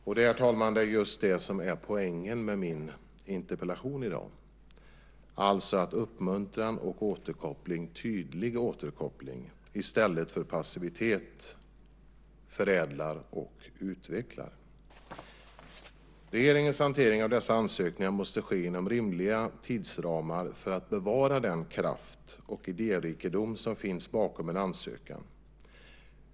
Det är just det, herr talman, som är poängen med min interpellation i dag, alltså att uppmuntran och tydlig återkoppling i stället för passivitet förädlar och utvecklar. Regeringens hantering av dessa ansökningar måste ske inom rimliga tidsramar för att bevara den kraft och idérikedom som finns bakom en ansökan.